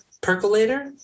percolator